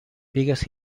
pigues